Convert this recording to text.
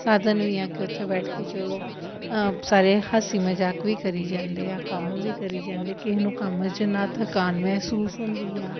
ਸਾਧਨ ਵੀ ਆ ਕਿ ਉੱਥੇ ਬੈਠ ਕੇ ਚਲੋ ਸਾਰੇ ਹਾਸੀ ਮਜ਼ਾਕ ਵੀ ਕਰੀ ਜਾਂਦੇ ਆ ਕੰਮ ਵੀ ਕਰੀ ਜਾਂਦੇ ਕਿਸੇ ਨੂੰ ਕੰਮ 'ਚ ਨਾ ਥਕਾਨ ਮਹਿਸੂਸ ਹੁੰਦੀ ਆ